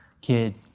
Kid